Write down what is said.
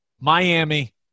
Miami